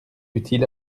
utiles